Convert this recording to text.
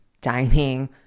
dining